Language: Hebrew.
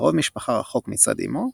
קרוב משפחה רחוק מצד אמו,